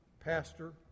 pastor